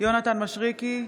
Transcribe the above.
יונתן מישרקי,